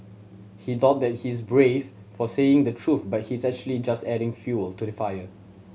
he thought that he's brave for saying the truth but he's actually just adding fuel to the fire